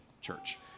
church